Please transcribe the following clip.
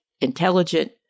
Intelligent